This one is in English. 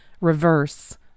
reverse